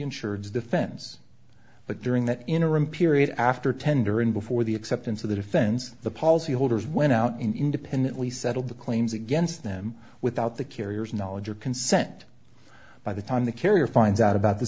insureds defense but during that interim period after tender and before the acceptance of the defense the policyholders went out independently settled the claims against them without the carriers knowledge or consent by the time the carrier finds out about the